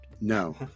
No